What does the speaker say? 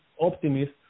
optimist